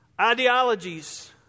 ideologies